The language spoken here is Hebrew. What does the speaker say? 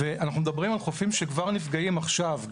ואנחנו מדברים על חופים שכבר נפגעים עכשיו,